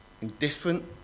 indifferent